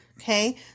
okay